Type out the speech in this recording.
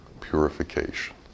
purification